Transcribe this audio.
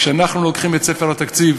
כשאנחנו לוקחים את ספר התקציב